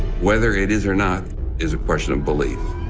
whether it is or not is a question of belief.